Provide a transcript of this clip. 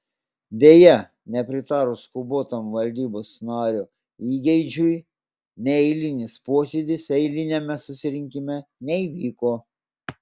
deja nepritarus skubotam valdybos nario įgeidžiui neeilinis posėdis eiliniame susirinkime neįvyko